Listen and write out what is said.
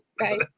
right